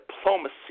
diplomacy